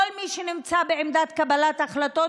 כל מי שנמצא בעמדת קבלת החלטות,